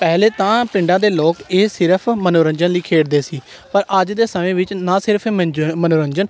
ਪਹਿਲੇ ਤਾਂ ਪਿੰਡਾਂ ਦੇ ਲੋਕ ਇਹ ਸਿਰਫ਼ ਮਨੋਰੰਜਨ ਲਈ ਖੇਡਦੇ ਸੀ ਪਰ ਅੱਜ ਦੇ ਸਮੇਂ ਵਿੱਚ ਨਾ ਸਿਰਫ਼ ਮਜੋਰਨ ਮਨੋਰੰਜਨ